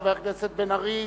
חבר הכנסת מיכאל בן-ארי.